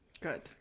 Good